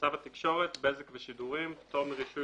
"צו התקשורת (בזק ושידורים) (פטור מרישוי